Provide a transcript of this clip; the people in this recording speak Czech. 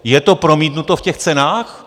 Je to promítnuto v těch cenách?